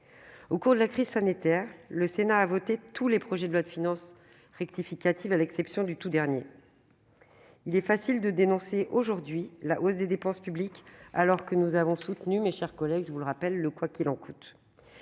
au cours de la crise sanitaire, le Sénat a voté tous les projets de loi de finances rectificative, exception faite du tout dernier. Il est donc aisé de dénoncer aujourd'hui la hausse des dépenses publiques, alors que nous avons soutenu, je vous le rappelle, mes chers collègues, le « quoi qu'il en coûte